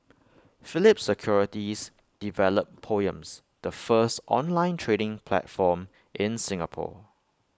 Phillip securities developed poems the first online trading platform in Singapore